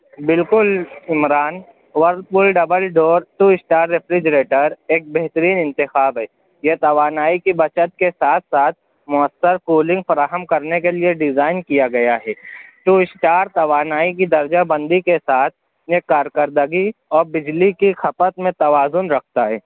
بالکل Imran Whirlpool double door two star refrigerator ایک بہترین انتخاب ہے یہ توانائی کی بچت سے ساتھ ساتھ مؤثر کولنگ فراہم کرنے کے لیے ڈیزائین کیا گیا ہے ٹو اسٹار توانائی کی درجہ بندی کے ساتھ یہ کارکردگی اور بجلی کی کھپت میں توازن رکھتا ہے